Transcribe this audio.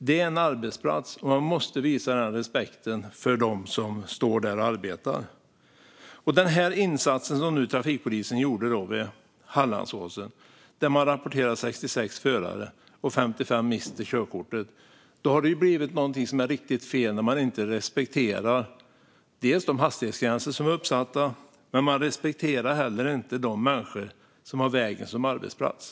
Det är en arbetsplats, och man måste visa respekt för dem som arbetar där. Den insats som trafikpolisen gjorde vid Hallandsåsen, som jag tog upp i min interpellation, där 66 förare rapporterades och 55 miste körkortet, visar hur något har blivit riktigt fel när man inte respekterar de uppsatta hastighetsgränserna och inte heller de människor som har vägen som arbetsplats.